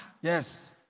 Yes